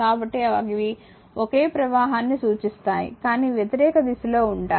కాబట్టి అవి ఒకే ప్రవాహాన్ని సూచిస్తాయి కానీ వ్యతిరేక దిశలో ఉంటాయి